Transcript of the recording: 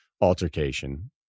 altercation